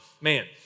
man